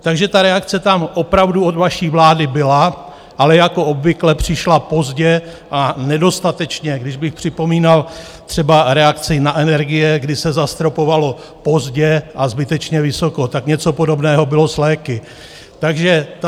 Takže ta reakce tam opravdu od vaší vlády byla, ale jako obvykle přišla pozdě a nedostatečně, když bych připomínal třeba reakci na energie, kdy se zastropovalo pozdě a zbytečně vysoko, tak něco podobného bylo s léky.